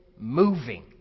moving